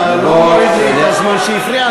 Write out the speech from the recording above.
אתה לא מוריד לי את הזמן שהיא הפריעה לי.